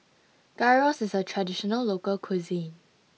Gyros is a traditional local cuisine